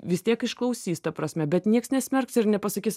vis tiek išklausys ta prasme bet nieks nesmerks ir nepasakys